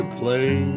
play